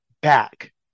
back